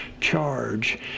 charge